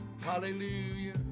Hallelujah